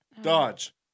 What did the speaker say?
Dodge